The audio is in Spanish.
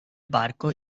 barco